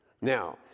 Now